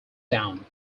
down